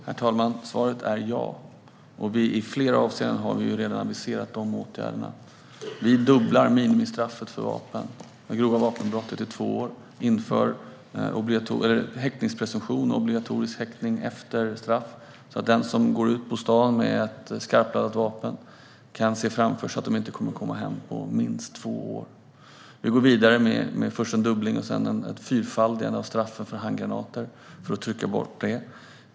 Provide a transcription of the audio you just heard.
Herr talman! Svaret är ja. I flera avseenden har vi redan aviserat de åtgärderna. Vi dubblar minimistraffet för grova vapenbrott till två år. Vi inför häktningspresumtion och obligatorisk häktning efter straff, så att de som går ut på stan med skarpladdat vapen kan se framför sig att de inte kommer att komma hem på minst två år. Vi går vidare med först en dubbling och sedan ett fyrfaldigande av straffen för handgranater för att trycka bort detta.